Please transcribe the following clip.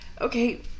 okay